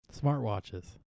Smartwatches